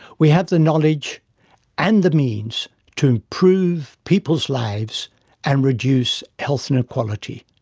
we have the knowledge and the means to improve people's lives and reduce health inequality.